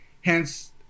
hence